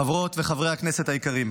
חברות וחברי הכנסת היקרים,